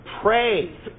Pray